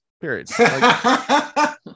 Period